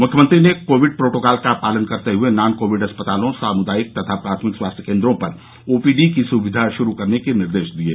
मुख्यमंत्री ने Covid protocol का पालन करते हुए नॉन कोविड अस्पतालों सामुदायिक तथा प्राथमिक स्वास्थ्य केन्द्रों पर ओपीडी सुविधा श्रू कराने के निर्देश दिये